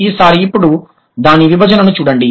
కాబట్టి ఒక సారి ఇప్పుడు దాని విభజనను చూడండి